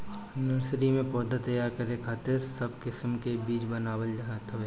nursery में पौधा तैयार करे खातिर सब किस्म के बीज बनावल जात हवे